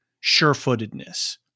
sure-footedness